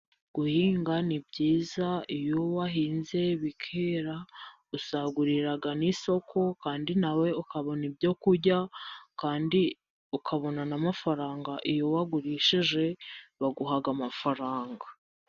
Guhinga ni byiza. Iyo wahinze bikera usagurira n'isoko, kandi nawe ukabona ibyo kurya kandi ukabona amafaranga. Iyo wagurishije baguha amafaranga.